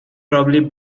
probably